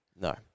No